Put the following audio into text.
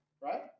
Right